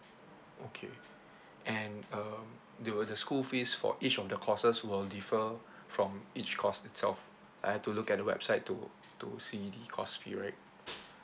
okay and uh they will the school fees for each of the courses will differ from each course itself I have to look at the website to to see the course fee right